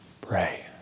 pray